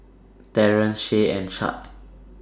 Terance Shay and Chadd